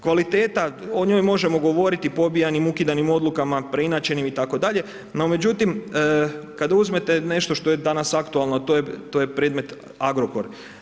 Kvaliteta, o njoj možemo govoriti pobijanim, ukidanim odlukama, preinačenim itd., no međutim kad uzmete nešto što je danas aktualno, to je predmet Agrokor.